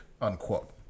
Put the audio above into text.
unquote